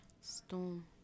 Storm